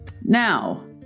Now